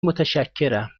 متشکرم